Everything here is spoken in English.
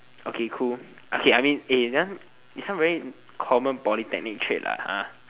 okay cool okay I mean eh this one this one very common polytechnic trait what !huh!